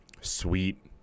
sweet